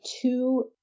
two